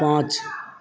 पाँच